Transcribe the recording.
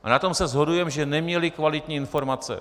Na tom se shodujeme, že neměli kvalitní informace.